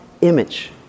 image